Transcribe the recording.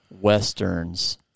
Westerns